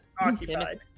occupied